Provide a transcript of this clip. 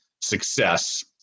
success